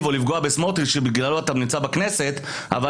או לפגוע בסמוטריץ' שבגללו אתה נמצא בכנסת,